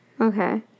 Okay